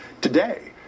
today